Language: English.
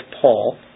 Paul